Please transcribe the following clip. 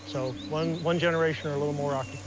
so one one generation or a little more ah